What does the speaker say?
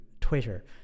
twitter